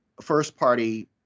first-party